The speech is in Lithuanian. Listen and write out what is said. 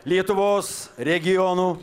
lietuvos regionų